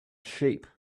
shape